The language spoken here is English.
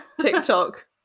TikTok